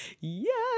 Yes